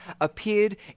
appeared